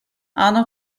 ano